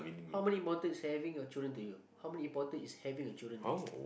how many important is having a children to you how many important is having a children to you